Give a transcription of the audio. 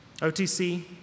OTC